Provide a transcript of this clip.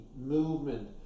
movement